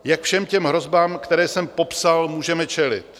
Jak všem těm hrozbám, které jsem popsal, můžeme čelit?